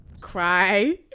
cry